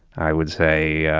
i would say yeah